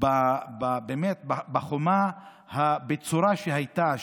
בחומה הבצורה שהייתה,